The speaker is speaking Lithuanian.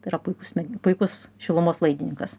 tai yra puikus puikus šilumos laidininkas